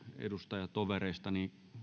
edustajatovereista